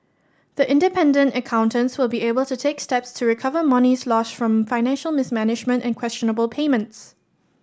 the independent accountants will be able to take steps to recover monies lost from financial mismanagement and questionable payments